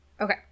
Okay